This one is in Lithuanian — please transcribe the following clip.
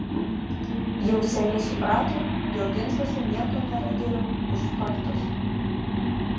jau seniai suprato jog ginčuose nieko nėra geriau už faktus